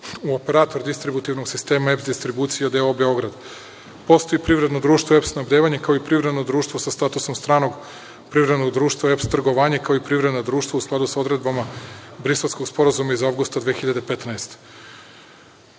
u operator distributivnog sistema EPS distribucije d.o.o. Beograd. Postoji privredno društvo EPS snabdevanje, kao i privredno društvo sa statusom stranog privrednog društva EPS trgovanje, kao i privredno društvo u skladu sa odredbama Briselskog sporazuma iz avgusta 2015.